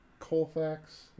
Colfax